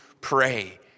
pray